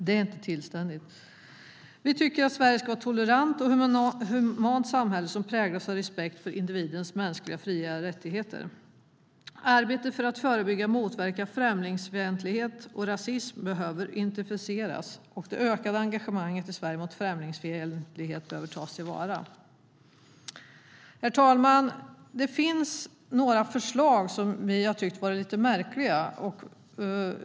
Det är inte tillständigt. Herr talman! Det finns några förslag som vi tycker är lite märkliga.